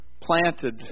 planted